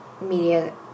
media